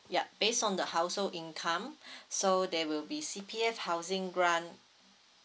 yup based on the household income so there will be C_P_F housing grant